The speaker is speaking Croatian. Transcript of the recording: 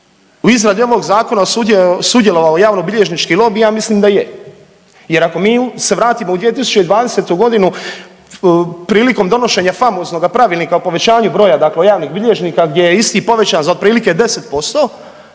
u izradi ovog zakona sudjelovao javnobilježnički lobij? Ja mislim da je, jer ako mi se vratimo u 2020. godinu prilikom donošenja famoznoga Pravilnika o povećanju broja dakle javnih bilježnika gdje je isti povećan za otprilike 10%